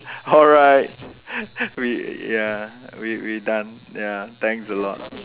alright we ya we we done ya thanks a lot